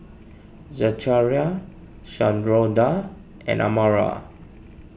Zechariah Sharonda and Amara